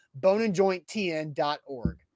boneandjointtn.org